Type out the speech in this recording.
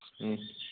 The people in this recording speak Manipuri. ꯎꯝ